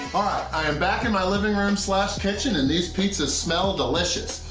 i am back in my living room slash kitchen and these pizzas smell delicious.